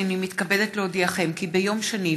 הינני מתכבדת להודיעכם כי ביום שני,